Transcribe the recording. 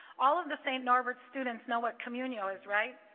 all of the st. norbert's students know what communion is right